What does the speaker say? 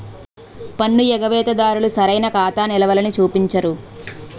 పన్ను ఎగవేత దారులు సరైన ఖాతా నిలవలని చూపించరు